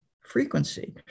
frequency